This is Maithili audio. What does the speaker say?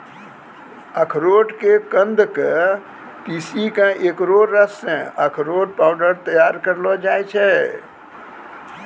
अरारोट के कंद क पीसी क एकरो रस सॅ अरारोट पाउडर तैयार करलो जाय छै